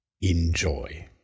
Enjoy